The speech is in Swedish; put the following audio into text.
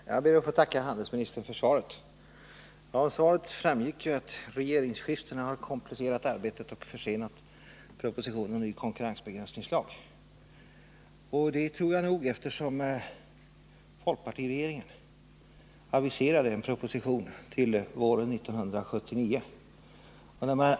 Herr talman! Jag ber att få tacka handelsministern för svaret. Av detta framgick det ju att regeringsskiftena har komplicerat arbetet och försenat propositionen om en ny konkurrensbegränsningslag. Det tror jag nog eftersom folkpartiregeringen aviserade en proposition till våren 1979.